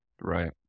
Right